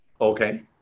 Okay